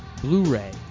Blu-ray